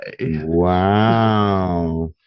wow